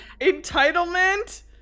entitlement